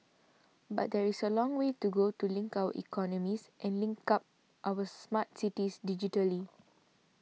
but there is a long way to go to link our economies and link up our smart cities digitally